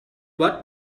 what